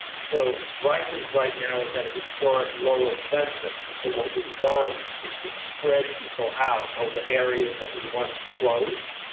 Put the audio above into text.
so rikers right now is at a historic low of census. and so what we've done is to spread people out over areas that we once closed.